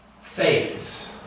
faiths